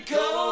go